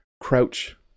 crouch